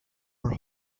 are